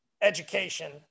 education